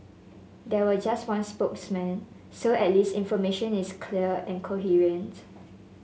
there were just one spokesman so at least information is clear and coherent